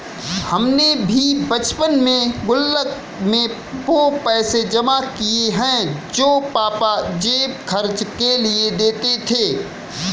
हमने भी बचपन में गुल्लक में वो पैसे जमा किये हैं जो पापा जेब खर्च के लिए देते थे